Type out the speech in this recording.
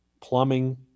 plumbing